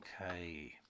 Okay